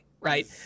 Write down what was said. right